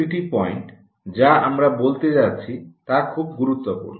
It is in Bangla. প্রতিটি পয়েন্ট যা আমরা বলতে যাচ্ছি তা খুব গুরুত্বপূর্ণ